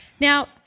Now